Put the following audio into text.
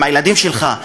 עם הילדים שלך,